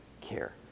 care